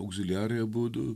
augziliarai abudu